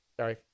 sorry